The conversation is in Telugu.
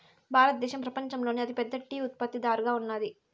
భారతదేశం పపంచంలోనే అతి పెద్ద టీ ఉత్పత్తి దారుగా ఉన్నాది